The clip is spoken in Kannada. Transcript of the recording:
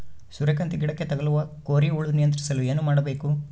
ಸೂರ್ಯಕಾಂತಿ ಗಿಡಕ್ಕೆ ತಗುಲುವ ಕೋರಿ ಹುಳು ನಿಯಂತ್ರಿಸಲು ಏನು ಮಾಡಬೇಕು?